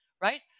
right